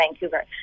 Vancouver